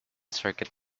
circuit